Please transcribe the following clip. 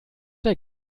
der